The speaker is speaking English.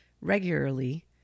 regularly